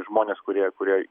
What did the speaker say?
žmonės kurie kurie